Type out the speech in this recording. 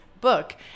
book